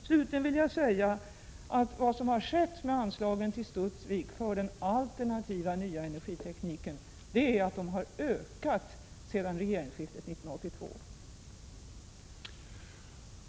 Slutligen vill jag säga att vad som har skett med anslagen till Studsvik för den alternativa nya energitekniken är att de har ökat sedan regeringsskiftet 1982.